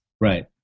Right